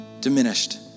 Diminished